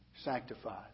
sanctified